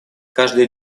каждый